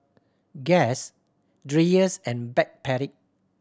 Guess Dreyers and Backpedic